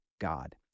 God